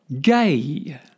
Gay